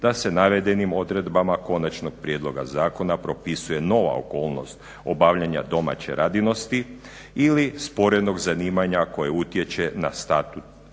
da se navedenim odredbama konačnog prijedloga zakona propisuje nova okolnost obavljanja domaće radinosti ili sporednog zanimanja koje utječe na status